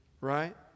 right